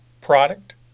Product